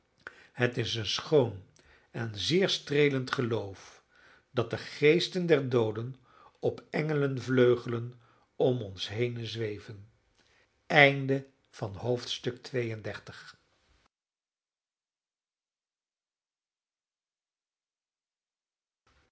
het is een schoon en zeer streelend geloof dat de geesten der dooden op engelenvleugelen om ons henen zweven